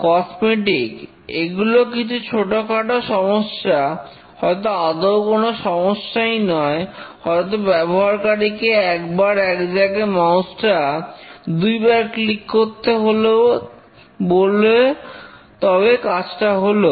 cosmetic এগুলো কিছু ছোটখাটো সমস্যা হয়তো আদৌ কোন সমস্যাই নয় হয়তো ব্যবহারকারীকে একবার এক জায়গায় মাউস টা দুইবার ক্লিক করতে বলো তবে কাজটা হলো